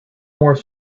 more